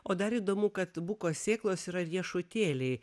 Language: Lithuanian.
o dar įdomu kad buko sėklos yra riešutėliai